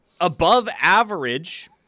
above-average